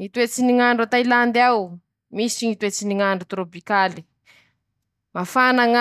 Ñy toetsy ny ñ'andro Vietinamy añe: Ñy toetsy ny ñ'andro ndrozy añy torôpikaly no sônaly,